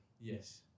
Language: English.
Yes